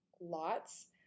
lots